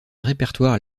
répertoire